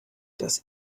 das